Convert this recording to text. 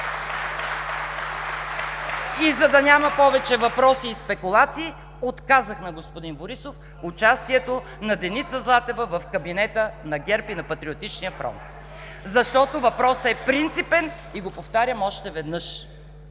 И за да няма повече въпроси и спекулации: отказах на господни Борисов участието на Деница Златева в кабинета на ГЕРБ и Патриотичния фронт, защото въпросът е принципен. Повтарям го още веднъж: